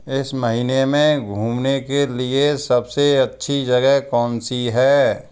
इस महीने में घूमने के लिए सबसे अच्छी जगह कौन सी है